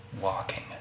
walking